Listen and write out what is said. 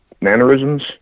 mannerisms